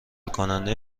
کننده